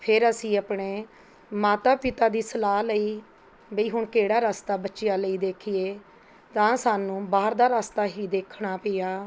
ਫੇਰ ਅਸੀਂ ਆਪਣੇ ਮਾਤਾ ਪਿਤਾ ਦੀ ਸਲਾਹ ਲਈ ਵਈ ਹੁਣ ਕਿਹੜਾ ਰਸਤਾ ਬੱਚਿਆਂ ਲਈ ਦੇਖੀਏ ਤਾਂ ਸਾਨੂੰ ਬਾਹਰ ਦਾ ਰਸਤਾ ਹੀ ਦੇਖਣਾ ਪਿਆ